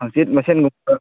ꯍꯥꯡꯆꯤꯠ ꯃꯁꯦꯝꯒꯨꯝꯕ